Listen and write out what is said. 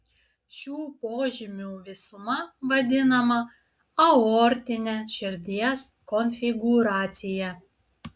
šių požymių visuma vadinama aortine širdies konfigūracija